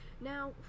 Now